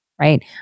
right